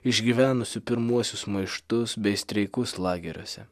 išgyvenusių pirmuosius maištus bei streikus lageriuose